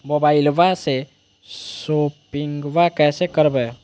मोबाइलबा से शोपिंग्बा कैसे करबै?